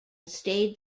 stayed